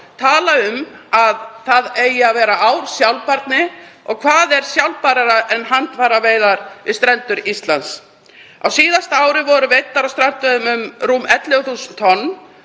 tala um að árið í ár eigi að vera ár sjálfbærni og hvað er sjálfbærara en handfæraveiðar við strendur Íslands? Á síðasta ári voru veidd á strandveiðum rúm 11.000 tonn